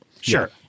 Sure